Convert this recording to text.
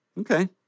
Okay